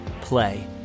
play